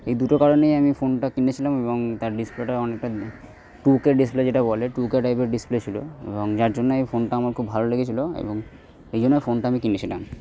এই দুটো কারণেই আমি ফোনটা কিনেছিলাম এবং তার ডিসপ্লেটার অনেকটা টু কে ডিসপ্লে যেটা বলে টু কে টাইপের ডিসপ্লে ছিলো এবং যার জন্যে ওই ফোনটা আমার খুব ভালো লেগেছিলো এবং এই জন্য ফোনটা আমি কিনেছিলাম